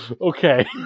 Okay